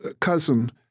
cousin